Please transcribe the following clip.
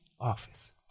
office